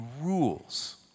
rules